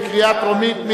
בקריאה טרומית.